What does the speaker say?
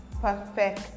perfect